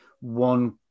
one